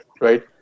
right